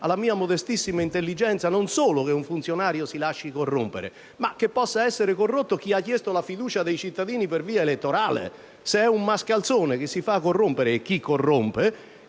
la mia modestissima intelligenza, non solo che un funzionario si lasci corrompere ma che possa essere corrotto colui che ha chiesto la fiducia dei cittadini per via elettorale. Se è un mascalzone chi si fa corrompere e chi corrompe,